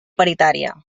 paritària